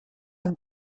amb